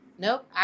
Nope